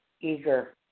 eager